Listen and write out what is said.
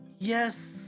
Yes